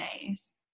days